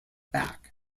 back